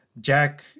Jack